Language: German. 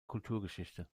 kulturgeschichte